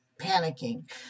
panicking